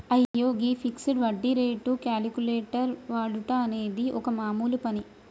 అయ్యో గీ ఫిక్సడ్ వడ్డీ రేటు క్యాలిక్యులేటర్ వాడుట అనేది ఒక మామూలు పని